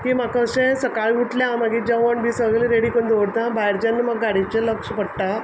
की म्हाक अशें सकाळीं उठलें हांव मागीर जेवण बी सगलें रेडी कन दोवरता भायर जेन्न म्हाक गाडयेचेर लक्ष पडटा